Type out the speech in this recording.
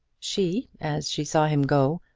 she, as she saw him go,